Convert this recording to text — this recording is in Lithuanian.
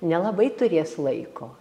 nelabai turės laiko